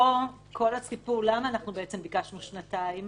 למה ביקשנו שנתיים?